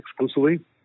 exclusively